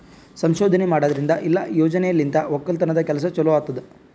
ಸಂಶೋಧನೆ ಮಾಡದ್ರಿಂದ ಇಲ್ಲಾ ಯೋಜನೆಲಿಂತ್ ಒಕ್ಕಲತನದ್ ಕೆಲಸ ಚಲೋ ಆತ್ತುದ್